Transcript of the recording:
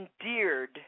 endeared